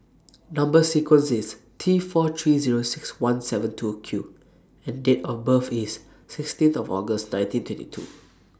Number sequence IS T four three Zero six one seven two Q and Date of birth IS sixteenth of August nineteen twenty two